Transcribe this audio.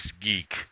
geek